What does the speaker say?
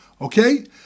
okay